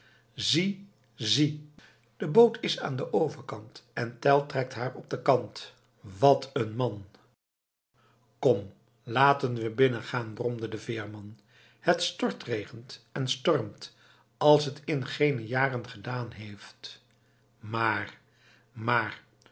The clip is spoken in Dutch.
zie zie de boot is aan den overkant en tell trekt haar op den kant wat een man kom laten we binnen gaan bromde de veerman het stortregent en stormt als het in geene jaren gedaan heeft maar maar